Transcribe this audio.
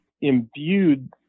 imbued